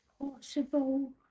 possible